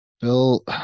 Bill